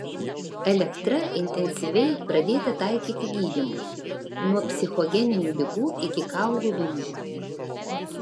elektra intensyviai pradėta taikyti gydymui nuo psichogeninių ligų iki kaulų lūžių